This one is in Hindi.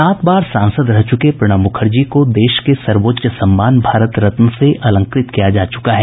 सात बार सांसद रह चुके प्रणब मुखर्जी को देश के सर्वोच्च सम्मान भारत रत्न से अलंकृत किया जा चुका है